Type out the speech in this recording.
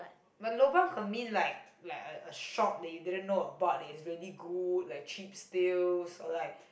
but lobang for me like like a a shop you didn't know about that it's really good cheap steals or like